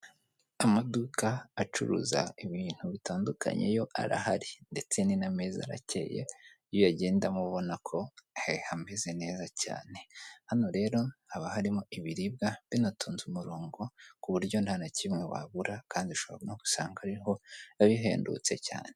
Amaduka acuruza ibintu bitandukanye yo arahari ndetse n'amezi arakeye iyo uyagendamo uba ubona ko hamezeze neza cyane hano rero haba harimo ibiribwa binatuze umurongo ku buryo nta na kimwe wabura kandi ushobora no gusanga ariho bihendutse cyane.